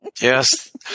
yes